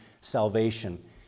salvation